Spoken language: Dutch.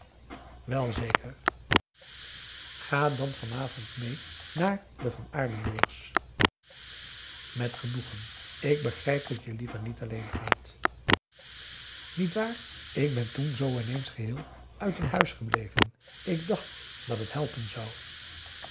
wel zeker ga dan van avond mêe naar de van aardenburgs met genoegen ik begrijp dat je liever niet alleen gaat niet waar ik ben toen zoo inééns geheel uit hun huis gebleven ik dacht dat het helpen zou